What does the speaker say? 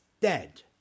dead